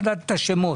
לדעת את השמות.